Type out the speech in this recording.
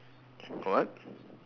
what